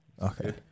Okay